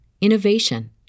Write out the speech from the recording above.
innovation